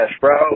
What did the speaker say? bro